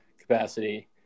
capacity